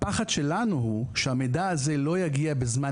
הפחד שלנו הוא שהמידע הזה לא יגיע בזמן